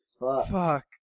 Fuck